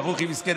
ברוכי, מסכן,